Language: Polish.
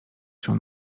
się